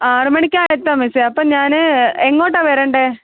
ആറുമണിക്ക് ആയിട്ടാണ് മിസ്സെ അപ്പോൾ ഞാൻ എങ്ങോട്ടാ വരേണ്ടത്